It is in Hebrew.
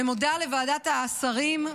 ומודה לוועדת השרים,